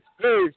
hey